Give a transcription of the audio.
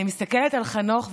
אני מסתכלת על חנוך,